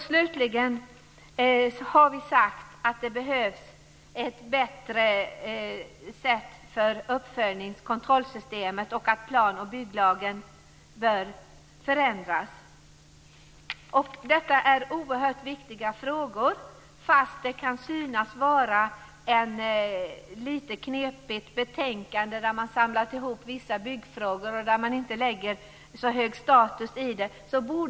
Slutligen har vi sagt att det behövs ett bättre kontrollsystem för uppföljningen och att plan och bygglagen bör förändras. Detta är oerhört viktiga frågor, även om betänkandet kan synas vara lite knepigt där vissa byggfrågor med inte så hög status har samlats ihop.